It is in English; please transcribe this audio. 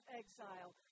exile